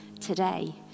today